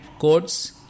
codes